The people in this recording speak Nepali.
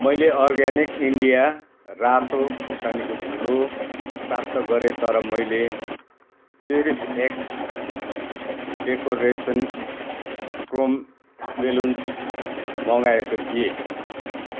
मैले अर्गानिक इन्डिया रातो खुर्सानीको धुलो प्राप्त गरेँ तर मैले CherishX decoration chrome balloons मगाएको थिएँ